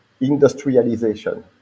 industrialization